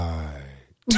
Right